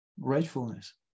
gratefulness